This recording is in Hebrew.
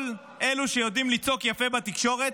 כל אלו שיודעים לצעוק יפה בתקשורת: